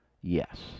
Yes